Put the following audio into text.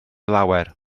lawer